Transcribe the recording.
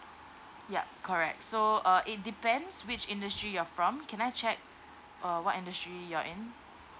yup correct so uh it depends which industry you're from can I check uh what industry you're in